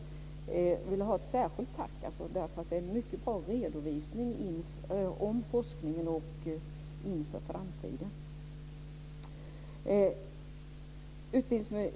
Jag vill säga ett särskilt tack därför att detta är en mycket bra redovisning om forskningen inför framtiden.